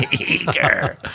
Eager